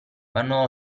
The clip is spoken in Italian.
vanno